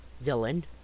villain